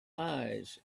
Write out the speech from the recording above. eyes